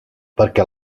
perquè